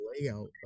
layout